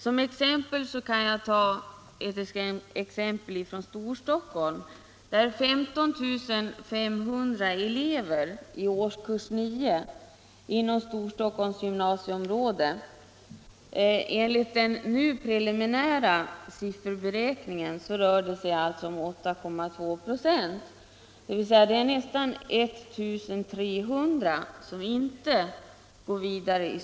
Jag kan ta ett exempel från Storstockholms gymnasieområde, där det i årskurs nio finns 15 500 elever. Enligt den nu preliminära sifferberäkningen fortsätter 8,2 96 , alltså nästan 1 300 elever, inte sin utbildning.